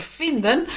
vinden